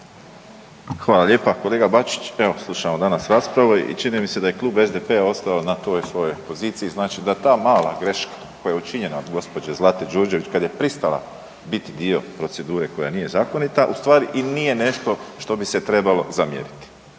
Hvala lijepa. Kolega Bačić, evo slušamo danas rasprave i čini mi se da je Klub SDP-a ostao na toj svojoj poziciji. Znači da ta mala greška koja je učinjena od gospođe Zlate Đurđević kad je pristala biti dio procedure koja nije zakonita u stvari i nije nešto što bi se trebalo zamijeniti.